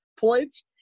points